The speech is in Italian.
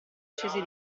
scesi